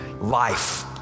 life